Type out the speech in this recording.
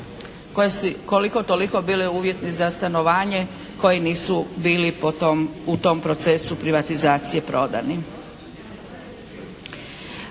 koliko toliko bili uvjeti za stanovanje, koji nisu bili po tom, u tom procesu privatizacije prodani.